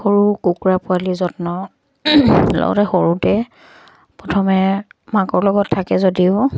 সৰু কুকুৰা পোৱালি যত্ন লগতে সৰুতে প্ৰথমে মাকৰ লগত থাকে যদিও